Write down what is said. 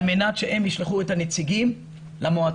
על מנת שהם ישלחו נציגים למועצה.